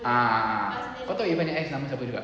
ah kau tahu irfan nya ex nama siapa juga